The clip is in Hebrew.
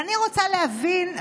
ואני רוצה להבין,